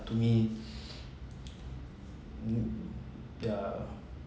to me mm ya